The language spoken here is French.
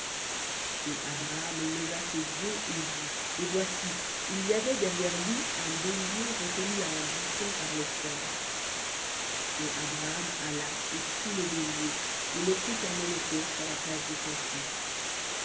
et abraham leva ses yeux et vit et voici il y avait derrière un bélier retenu à un buisson par les cornes et abraham alla et prit le bélier et l'offrit en holocauste à la place de son fils